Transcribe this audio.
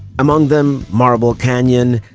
among them, marble canyon,